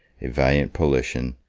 a valiant paulician,